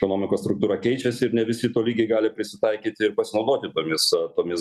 ekonomikos struktūra keičiasi ir ne visi tolygiai gali prisitaikyti ir pasinaudoti tomis tomis